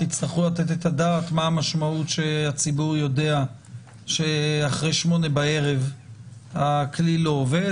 תצטרכו לתת את הדעת מה המשמעות שהציבור יודע שאחרי 20:00 הכלי לא עובד.